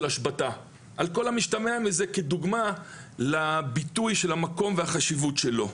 השבתה על כל המשתמע מזה כדוגמה לביטוי של המקום והחשיבות שלו.